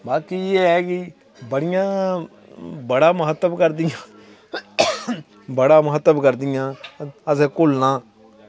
ते बाकी एह् ऐ की बड़ियां बड़ा महत्व करदियां बड़ा महत्व करदियां असें कूह्लना